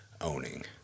owning